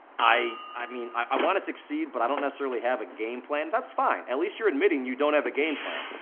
i i mean i want to succeed but i don't necessarily have a game plan. that's fine. at least you're admitting you don't have a game plan.